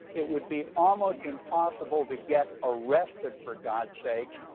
it would be almost impossible to get arrested for god sakes,